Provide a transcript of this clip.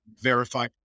verify